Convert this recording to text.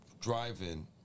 drive-in